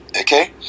Okay